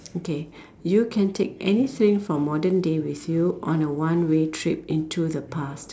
okay you can take anything from modern day with you on a one way trip into the past